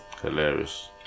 Hilarious